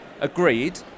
Agreed